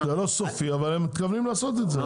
זה לא סופי, אבל הם מתכוונים לעשות את זה.